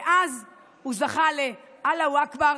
ואז הוא זכה ל"אללה הוא אכבר",